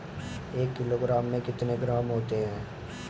एक किलोग्राम में कितने ग्राम होते हैं?